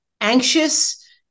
anxious